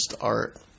art